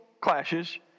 clashes